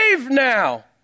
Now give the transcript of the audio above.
now